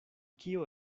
kio